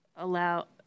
allow